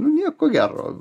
nu nieko gero